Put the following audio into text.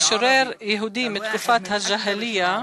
משורר יהודי מתקופת הג'אהליה,